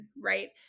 right